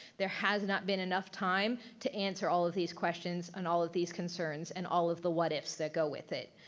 there has not been enough time to answer all of these questions and all of these concerns and all of the what ifs that go with it.